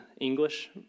English